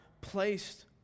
placed